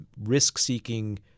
risk-seeking